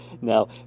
Now